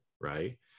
Right